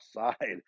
outside